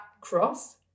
cross